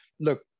look